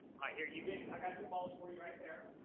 here, you get i got some balls for you right there.